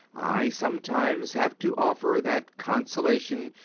i sometimes have to offer that consolation,